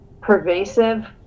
pervasive